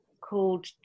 called